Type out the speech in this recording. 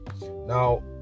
Now